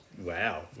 Wow